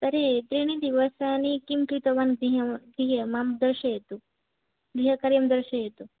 तर्हि त्रीणि दिवसानि किं कृतवान् गृहे मां दर्शयतु गृहकार्यं दर्शयतु